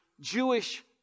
Jewish